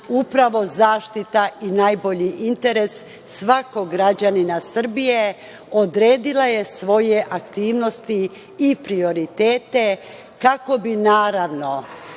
upravo zaštita i najbolji interes svakog građanina Srbije, odredila je svoje aktivnosti i prioritete kako bi naravno